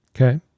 Okay